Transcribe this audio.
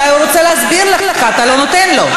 אולי הוא רוצה להסביר לך, אתה לא נותן לו.